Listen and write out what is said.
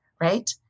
right